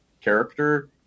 character